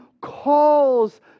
calls